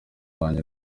wanjye